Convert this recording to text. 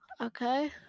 Okay